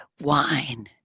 wine